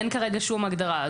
אין כרגע שום הגדרה,